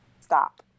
Stop